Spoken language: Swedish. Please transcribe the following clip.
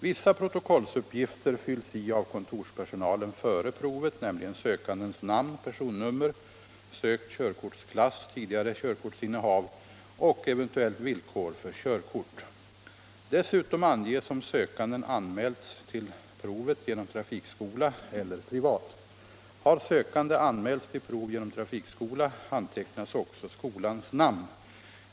Vissa protokollsuppgifter fylls i av kontorspersonalen före provet, nämligen sökandens namn, personnummer, sökt körkortsklass, tidigare körkortsinnehav och eventuella villkor för körkort. Dessutom anges om sökanden anmälts till provet genom trafikskola eller privat. Har sökanden anmälts till prov genom trafikskola antecknas också skolans namn.